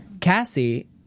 Cassie